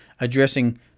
addressing